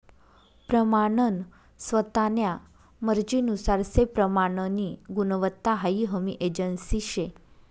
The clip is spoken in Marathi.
प्रमानन स्वतान्या मर्जीनुसार से प्रमाननी गुणवत्ता हाई हमी एजन्सी शे